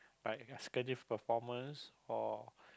like executive performance or